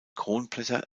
kronblätter